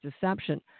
deception